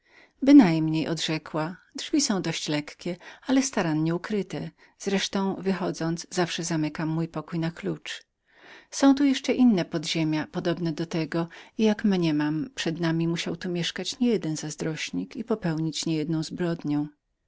bynajmniej odrzekła drzwi są dość lekkie ale starannie ukryte a wreszcie wychodząc zamykam mój pokój na klucz są tu jeszcze i inne podziemia podobne do tego i jak mniemam przed nami musiał tu mieszkać nie jeden zazdrośnik i popełnić nie jedną zbrodnię